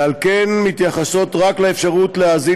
ועל כן מתייחסות רק לאפשרות להאזין